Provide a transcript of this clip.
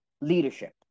Leadership